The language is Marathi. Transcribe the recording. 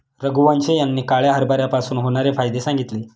रघुवंश यांनी काळ्या हरभऱ्यापासून होणारे फायदे सांगितले